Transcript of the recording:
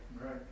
Right